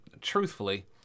truthfully